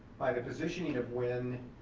by the positioning of when,